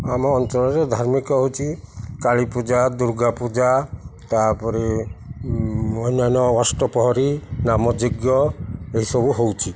ଆମ ଅଞ୍ଚଳରେ ଧାର୍ମିକ ହେଉଛି କାଳୀ ପୂଜା ଦୁର୍ଗା ପୂଜା ତା'ପରେ ଅନ୍ୟାନ୍ୟ ଅଷ୍ଟପ୍ରହରୀ ନାମ ଯଜ୍ଞ ଏସବୁ ହେଉଛି